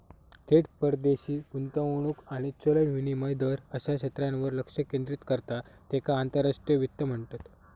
थेट परदेशी गुंतवणूक आणि चलन विनिमय दर अश्या क्षेत्रांवर लक्ष केंद्रित करता त्येका आंतरराष्ट्रीय वित्त म्हणतत